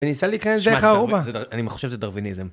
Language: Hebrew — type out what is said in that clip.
וניסה להיכנס דרך הארובה. אני מחושב שזה דרוויניזם.